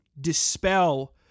dispel